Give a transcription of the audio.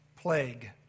plague